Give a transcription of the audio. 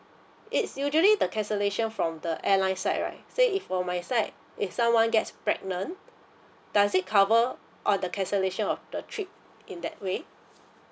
it's usually the cancellation from the airline side right say if from my side if someone gets pregnant does it cover all the cancellation of the trip in that way